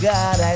God